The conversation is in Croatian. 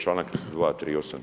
Članak 238.